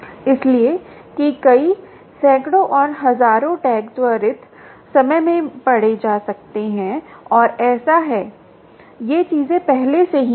इसलिए कि कई सैकड़ों और हजारों टैग त्वरित समय में पढ़े जा सकते हैं और ऐसा है ये चीजें पहले से ही हैं